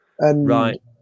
Right